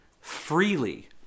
freely